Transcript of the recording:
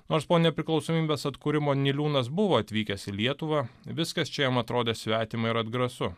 nors po nepriklausomybės atkūrimo niliūnas buvo atvykęs į lietuvą viskas čia jam atrodė svetima ir atgrasu